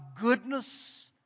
goodness